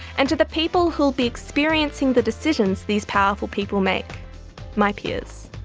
and to the people who will be experiencing the decisions these powerful people make my peers.